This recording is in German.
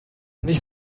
nicht